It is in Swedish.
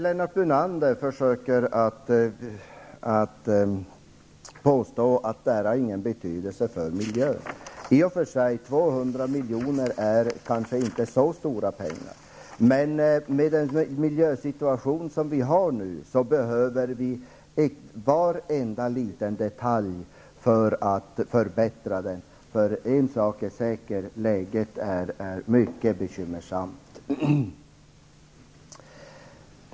Lennart Brunander påstår att det här inte har någon betydelse för miljön. 200 milj.kr. är kanske inte så mycket pengar. Med den miljösituation som vi nu befinner oss i behöver vi varenda liten detalj för att förbättra. En sak är säker -- läget är mycket bekymmersamt.